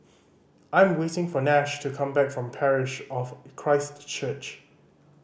I am waiting for Nash to come back from Parish of Christ Church